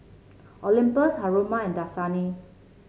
Olympus Haruma and Dasani